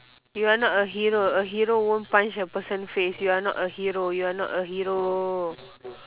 you are not a hero a hero won't punch a person face you are not a hero you are not a hero